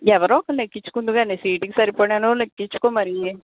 ఎవరో ఒకళ్ళని ఎక్కించుకుందువుగాని కాని సీటుకి సరిపడిన వాళ్ళని ఎక్కించుకో మరి